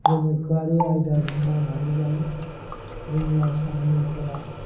गोनोखोआरि आयदाजों मावनानै जायो जोंनि आसामनिफोरा